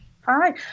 Hi